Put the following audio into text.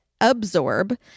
absorb